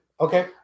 Okay